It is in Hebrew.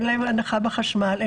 אין להם הנחה בחשמל,